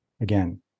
again